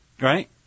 Right